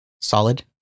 Solid